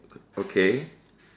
okay